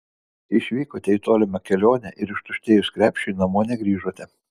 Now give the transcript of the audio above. išvykote į tolimą kelionę ir ištuštėjus krepšiui namo negrįžote